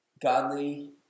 Godly